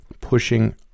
pushing